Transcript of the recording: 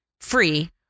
free